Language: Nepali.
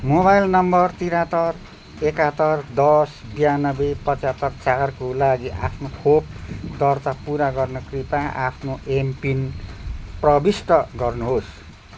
मोबाइल नम्बर त्रिहत्तर एकहत्तर दस बयानब्बे पचहत्तर चारको लागि आफ्नो खोप दर्ता पुरा गर्न कृपया आफ्नो ऐमपिन प्रविष्ट गर्नुहोस्